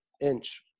inch